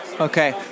Okay